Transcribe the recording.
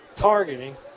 targeting